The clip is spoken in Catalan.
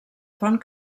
font